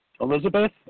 Elizabeth